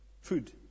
food